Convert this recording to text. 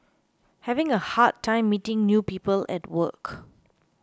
having a hard time meeting new people at work